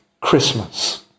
Christmas